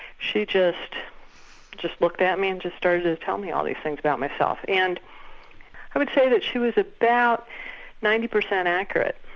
she just just looked at me and just started to tell me all these things about myself, and i would say that she was about ninety per cent accurate.